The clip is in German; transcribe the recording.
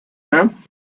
fünf